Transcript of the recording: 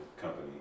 company